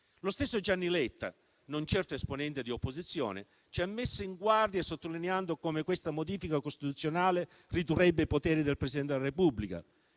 Lo stesso Gianni Letta, non certo esponente di opposizione, ci ha messo in guardia, sottolineando come questa modifica costituzionale ridurrebbe i poteri del Presidente della Repubblica.